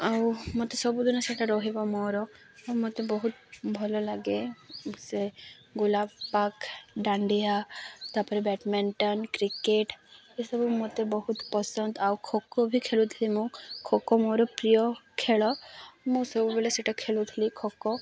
ଆଉ ମତେ ସବୁଦିନ ସେଟା ରହିବ ମୋର ମୋତେ ବହୁତ ଭଲ ଲାଗେ ସେ ଗୋଲାପ ପାକ ଦାଣ୍ଡିଆ ତାପରେ ବ୍ୟାଡ଼ମିଣ୍ଟନ୍ କ୍ରିକେଟ୍ ଏସବୁ ମୋତେ ବହୁତ ପସନ୍ଦ ଆଉ ଖୋଖୋ ବି ଖେଳୁଥିଲି ମୁଁ ଖୋଖୋ ମୋର ପ୍ରିୟ ଖେଳ ମୁଁ ସବୁବେଳେ ସେଇଟା ଖେଳୁଥିଲି ଖୋଖୋ